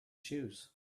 shoes